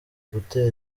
gutera